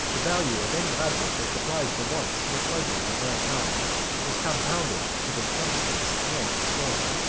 the value of any object that supplies the wants or pleasures of mankind is compounded of its substance and its form,